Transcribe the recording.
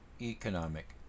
economic